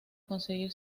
conseguir